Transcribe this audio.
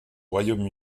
royaume